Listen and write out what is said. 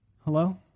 Hello